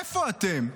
איפה אתם?